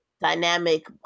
dynamic